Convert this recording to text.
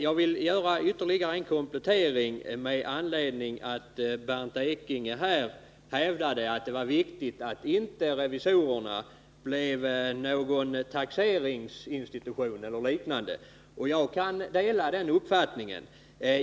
Jag vill göra ytterligare en komplettering med anledning av att Bernt Ekinge hävdade att det är viktigt att revisorerna inte blir någon taxeringsinstitution eller liknande. Jag kan dela den uppfattningen.